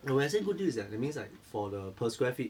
no when I say good deal it's like that means like for the per square feet